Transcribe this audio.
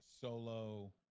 solo